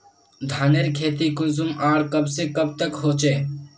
धानेर खेती कुंसम आर कब से कब तक होचे?